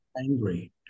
angry